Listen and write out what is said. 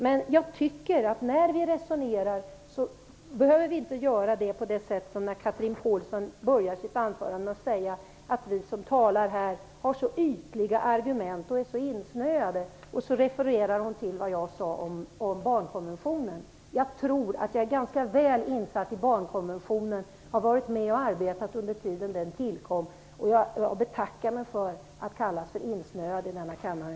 Men jag tycker att när vi resonerar behöver vi inte göra som när Chatrine Pålsson börjar sitt anförande, med att säga att vi som talar här har så ytliga argument och är så insnöade - och så refererar hon till vad jag sade om barnkonventionen. Jag tror att jag är ganska väl insatt i barnkonventionen. Jag var med och arbetade med den under den tid då den tillkom. Jag betackar mig för att i denna kammare kallas insnöad.